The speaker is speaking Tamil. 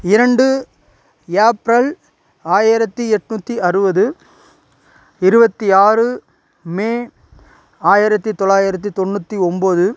இரண்டு ஏப்ரல் ஆயிரத்து எட்நூற்றி அறுபது இருபத்தி ஆறு மே ஆயிரத்து தொள்ளாயிரத்து தொண்ணூற்றி ஒம்பது